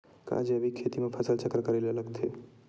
का जैविक खेती म फसल चक्र करे ल लगथे?